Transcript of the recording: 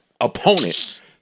opponent